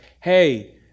hey